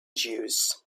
jews